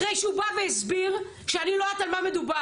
אחרי שהוא בא והסביר שאני לא יודעת על מה מדובר.